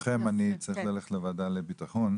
ברשותכם, אני צריך לוועדה לביטחון.